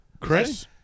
Chris